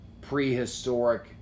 prehistoric